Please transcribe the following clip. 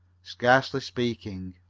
scarcely speaking.